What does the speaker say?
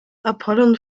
apollon